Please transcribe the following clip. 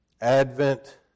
Advent